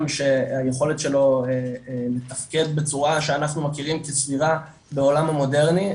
שהיכולת שלו מתפקד בצורה שאנחנו מכירים כסבירה בעולם המודרני,